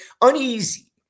uneasy